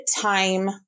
time